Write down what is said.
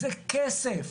זה כסף.